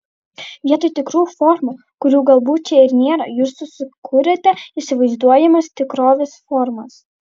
vietoj tikrų formų kurių galbūt čia ir nėra jūs susikuriate įsivaizduojamos tikrovės formas